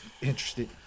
interested